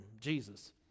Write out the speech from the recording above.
Jesus